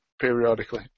periodically